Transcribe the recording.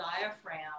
diaphragm